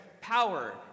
power